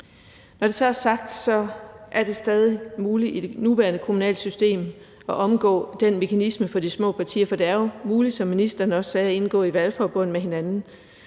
Når det så er sagt, er det stadig muligt i det nuværende kommunale system at omgå den mekanisme for de små partier, for det er jo muligt, som ministeren også sagde, at indgå i valgforbund med hinanden.